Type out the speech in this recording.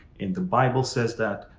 and the bible says that,